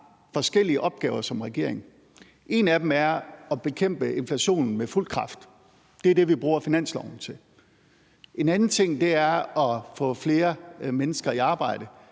forskellige opgaver som regeringer. En af dem er at bekæmpe inflationen med fuld kraft – det er det, vi bruger finansloven til. En anden ting er at få flere mennesker i arbejde.